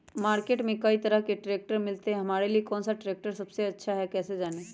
Market में कई तरह के ट्रैक्टर मिलते हैं हमारे लिए कौन सा ट्रैक्टर सबसे अच्छा है कैसे जाने?